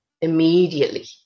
immediately